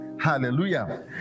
hallelujah